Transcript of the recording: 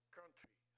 country